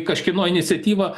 kažkieno iniciatyva